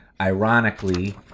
ironically